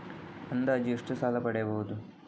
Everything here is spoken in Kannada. ಅಂದಾಜು ಎಷ್ಟು ಸಾಲ ಪಡೆಯಬಹುದು?